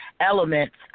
elements